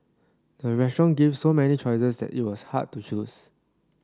the restaurant gave so many choices that it was hard to choose